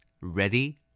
Ready